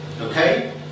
Okay